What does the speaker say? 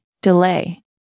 Delay